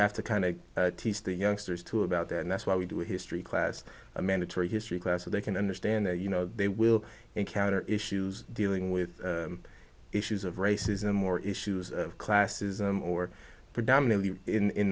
have to kind of teach the youngsters too about that and that's why we do a history class a mandatory history class so they can understand that you know they will encounter issues dealing with issues of racism or issues of classism or predominantly in